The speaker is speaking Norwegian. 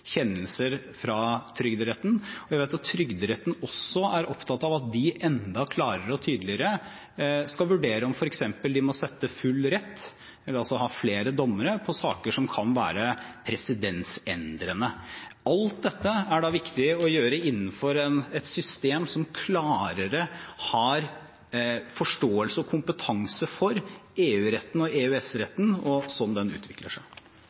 kjennelser fra Trygderetten. Jeg vet at Trygderetten også er opptatt av at de enda klarere og tydeligere skal vurdere om de f.eks. må sette full rett, altså ha flere dommere på saker som kan være presedensendrende. Alt dette er viktig å gjøre innenfor et system som har en klarere forståelse av og kompetanse på EU-retten og EØS-retten og slik den utvikler seg.